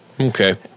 Okay